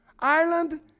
Ireland